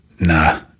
nah